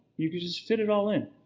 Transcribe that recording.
you can just fit it all in.